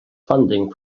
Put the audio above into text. funding